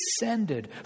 ascended